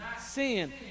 sin